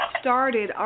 started